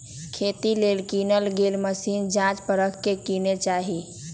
खेती लेल किनल गेल मशीन जाच परख के किने चाहि